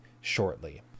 shortly